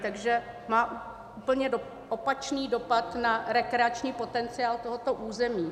Takže má úplně opačný dopad na rekreační potenciál tohoto území.